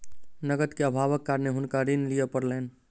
नकद के अभावक कारणेँ हुनका ऋण लिअ पड़लैन